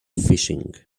fishing